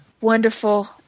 Wonderful